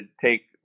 take